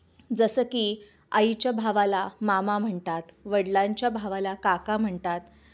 जसं की आईच्या भावाला मामा म्हणतात वडिलांच्या भावाला काका म्हणतात